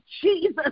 Jesus